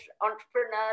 entrepreneurs